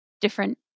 different